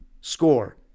Score